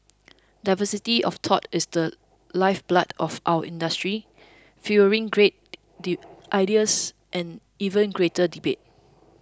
diversity of thought is the lifeblood of our industry fuelling great ideas and even greater debate